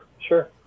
sure